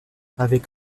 avec